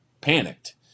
panicked